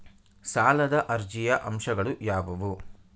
ಸಾಲದ ಅರ್ಜಿಯ ಅಂಶಗಳು ಯಾವುವು?